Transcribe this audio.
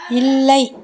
இல்லை